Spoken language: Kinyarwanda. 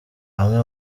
amwe